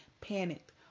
panicked